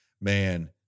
Man